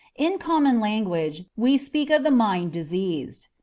in common language we speak of the mind diseased.